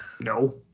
No